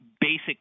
basic